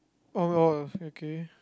oh oh okay